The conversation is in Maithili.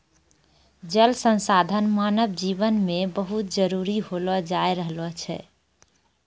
जल संसाधन मानव जिवन मे बहुत जरुरी होलो जाय रहलो छै